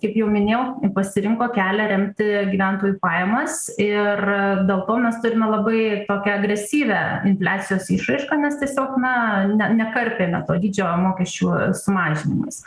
kaip jau minėjau pasirinko kelią remti gyventojų pajamas ir dėl to mes turime labai tokią agresyvią infliacijos išraišką nes tiesiog na ne nekarpėme didžiojo mokesčių sumažinimais